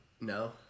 No